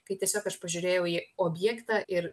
kai tiesiog aš pažiūrėjau į objektą ir